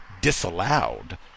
disallowed